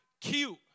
cute